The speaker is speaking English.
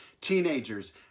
teenagers